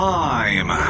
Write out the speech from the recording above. time